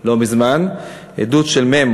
לא מזמן, עדות של מ',